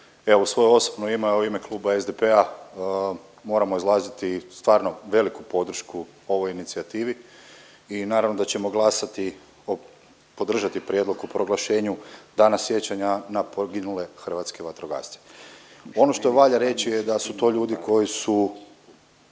svoje osobno ime i u ime kluba SDP-a moramo izraziti stvarno veliku podršku ovoj inicijativi i naravno da ćemo glasati podržati prijedlog o proglašenju „Dana sjećanja na poginule hrvatske vatrogasce“. Ono što valja reći je da su to ljudi koji su